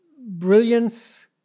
brilliance